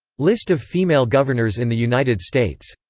list of female governors in the united states